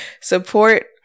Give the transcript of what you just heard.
Support